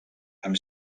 amb